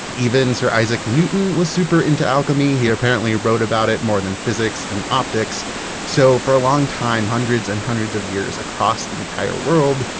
even sir isaac newton was super into alchemy. he apparently wrote about it more than physics and optics so, for a long time, hundreds and hundreds of years, across the entire world,